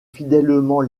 fidèlement